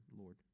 Lord